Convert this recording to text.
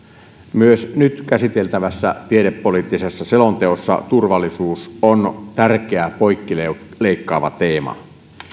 myös nyt käsiteltävässä tiedepoliittisessa selonteossa turvallisuus on tärkeä poikkileikkaava teema